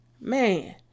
Man